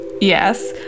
yes